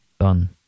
Done